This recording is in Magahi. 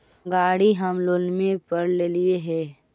गाड़ी हम लोनवे पर लेलिऐ हे?